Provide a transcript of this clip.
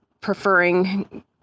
preferring